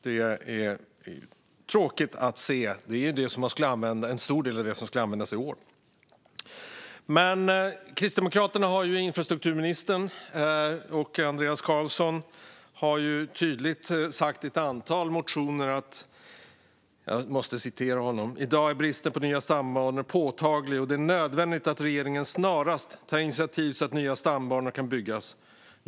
Det är tråkigt att se. En stor del av det skulle användas i år. Kristdemokraterna har ju infrastrukturministerposten, och Andreas Carlson har varit tydlig i ett antal motioner. Jag måste citera honom: "Idag är bristen på nya stambanor påtaglig och det är nödvändigt att regeringen snarast tar initiativ så att nya stambanor kan byggas.